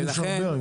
יש הרבה היום.